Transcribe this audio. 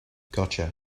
gotcha